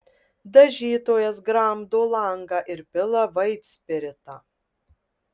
dažytojas gramdo langą ir pila vaitspiritą